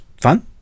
fun